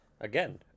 Again